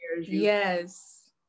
yes